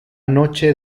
noche